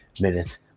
minutes